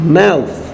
mouth